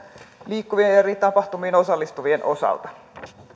liikkuvien ja eri tapahtumiin osallistuvien turvallisuus